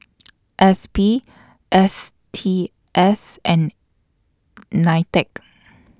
S P S T S and NITEC